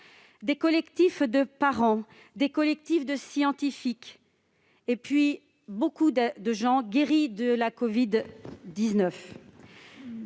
des collectifs de parents, des collectifs de scientifiques et de nombreuses personnes guéries de la covid-19.